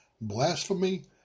blasphemy